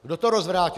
Kdo to rozvrátil?